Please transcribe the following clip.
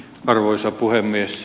arvoisa puhemies